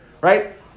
Right